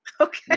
Okay